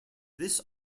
this